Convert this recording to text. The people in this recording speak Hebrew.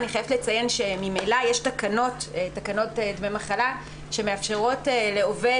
אני חייבת לציין שממילא יש תקנות ימי מחלה שמאפשרות לעובד